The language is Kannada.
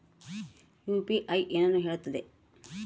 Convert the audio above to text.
ಯು.ಪಿ.ಐ ಏನನ್ನು ಹೇಳುತ್ತದೆ?